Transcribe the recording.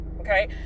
Okay